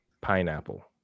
Pineapple